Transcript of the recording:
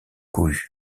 cohue